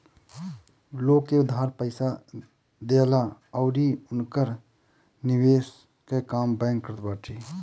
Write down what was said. लोग के उधार पईसा देहला अउरी उनकर निवेश कअ काम बैंक करत बाटे